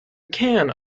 can